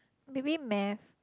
maybe math